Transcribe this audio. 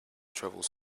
travels